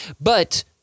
But-